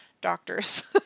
doctors